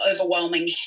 overwhelming